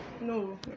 No